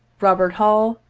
robert hull,